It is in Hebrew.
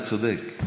אתה צודק.